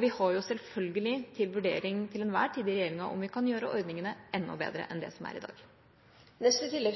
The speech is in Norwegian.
Vi har selvfølgelig til enhver tid til vurdering i regjeringa om vi kan gjøre ordningene enda bedre enn slik de er i dag.